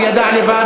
הוא ידע לבד,